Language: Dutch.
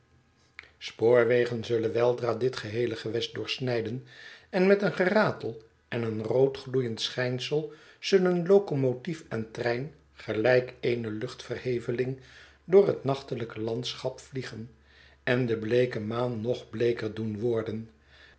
spoorwegen zullen weldra dit geheele gewest doorsnijden en met een geratel en een rood gloeiend schijnsel zullen locomotief en trein gelijk eene luchtverheveling door het nachtelijke landschap vliegen en de bleeke maan nog bleeker doen worden